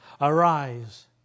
Arise